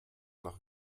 nach